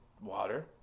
water